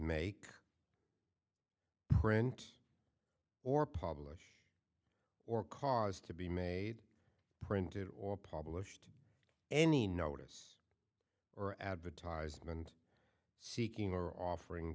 make print or publish or cause to be made printed or published any notice or advertisement seeking or offering